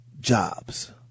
jobs